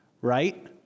right